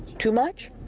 too much?